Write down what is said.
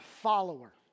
follower